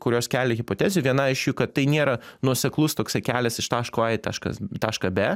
kurios kelia hipotezių viena iš jų kad tai nėra nuoseklus toksai kelias iš taško a į taškas tašką be